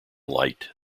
light